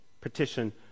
petition